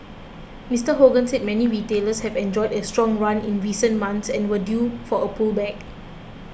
Mister Hogan said many retailers have enjoyed a strong run in recent months and were due for a pullback